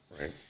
right